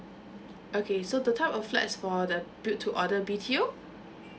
okay so the type of flats for the build to order B_T_O